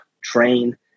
train